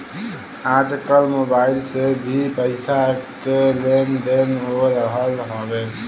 आजकल मोबाइल से भी पईसा के लेन देन हो रहल हवे